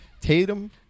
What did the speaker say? Tatum